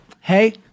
Hey